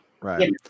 Right